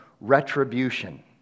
retribution